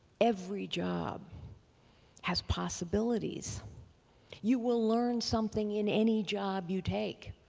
every job has possibilities you will learn something in any job you take.